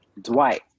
dwight